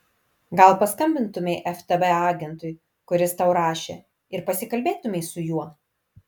gal paskambintumei ftb agentui kuris tau rašė ir pasikalbėtumei su juo